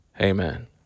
Amen